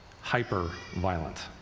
hyper-violent